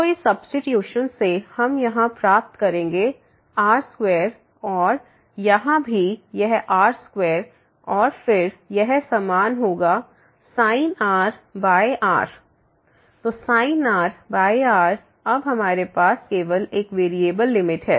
तो इस सब्सीट्यूशन से हम यहाँ प्राप्त करेंगे r2 और यहाँ भी यह r2 और फिर यह समान होगा sin r r तो sin r r अब हमारे पास केवल एक वेरिएबल लिमिट है